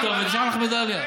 תיתני כתובת, נשלח לך מדליה.